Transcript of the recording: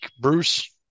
bruce